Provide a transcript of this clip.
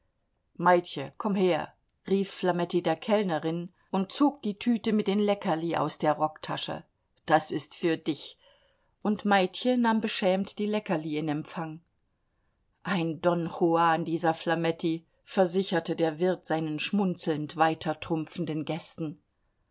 komm her rief flametti der kellnerin und zog die tüte mit den leckerli aus der rocktasche das ist für dich und maidche nahm beschämt die leckerli in empfang ein don juan dieser flametti versicherte der wirt seinen schmunzelnd weitertrumpfenden gästen